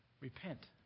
Repent